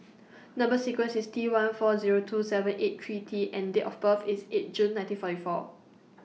Number sequence IS T one four Zero two seven eight three T and Date of birth IS eight June nineteen forty four